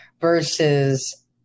Versus